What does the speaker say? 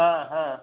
हा हा